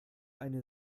eine